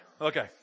Okay